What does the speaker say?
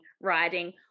writing